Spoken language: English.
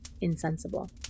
insensible